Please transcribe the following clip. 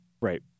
Right